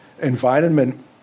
environment